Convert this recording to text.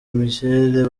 michel